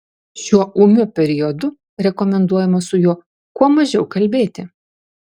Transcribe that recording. šiuo ūmiu periodu rekomenduojama su juo kuo mažiau kalbėti